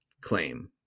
claim